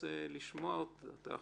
נרצה לשמוע אותך